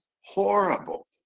horrible